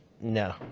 No